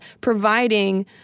providing